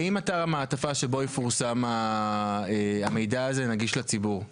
האם אתר המעטפה שבו יפורסם המידע הזה נגיש לציבור?